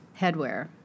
headwear